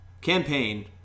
Campaign